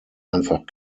einfach